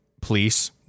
police